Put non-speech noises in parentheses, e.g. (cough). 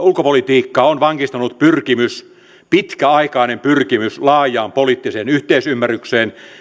(unintelligible) ulkopolitiikkaa on vankistanut pitkäaikainen pyrkimys laajaan poliittiseen yhteisymmärrykseen